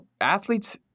athletes